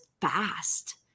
fast